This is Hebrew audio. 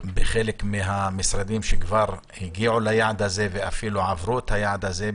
שבחלק מהמשרדים שכבר הגיעו ליעד הזה ואפילו עברו את היעד הזה,